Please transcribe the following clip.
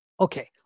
Okay